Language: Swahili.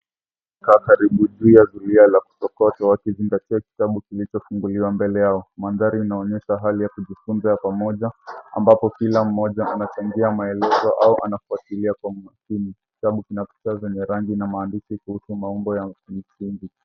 Kaa karibu juu ya zulia ya kusokotwa wakizingatia kitabu kilichofunguliwa mbele yao. Mandhari inaonyesha hali ya kujifunza kwa pamoja ambapo kila mmoja anachangia maelezo au anafuatilia kwa umakini. Kitabu kina picha yenye rangi na maandishi kuhusu maumbo ya misingi.